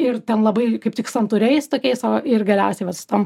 ir ten labai kaip tik santūriais tokiais o ir galiausiai va su tom